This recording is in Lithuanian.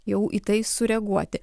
jau į tai sureaguoti